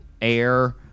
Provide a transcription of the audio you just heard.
air